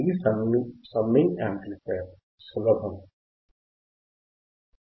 ఇది summing amplifier సులభం కదా